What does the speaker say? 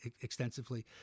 extensively